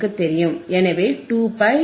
எனவே 2π 200 0